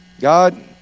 God